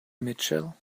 mitchell